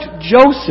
Joseph